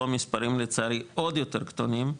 פה המספרים לצערי עוד יותר קטנים,